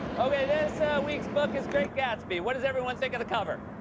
okay. this ah week's book is great gatsby what does everyone think of the cover?